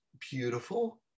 beautiful